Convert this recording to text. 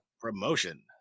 Promotion